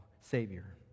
Savior